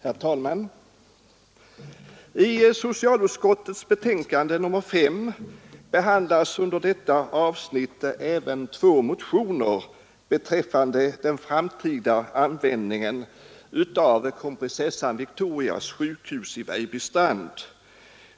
Herr talman! I socialutskottets betänkande nr 5 behandlas under detta avsnitt även två motioner rörande den framtida användningen av Kronprinsessan Victorias sjukhus i Vejbystrand.